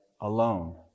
alone